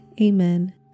amen